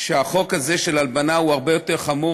ואיסור הלבנה בחוק הוא יותר חמור,